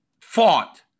Fought